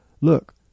Look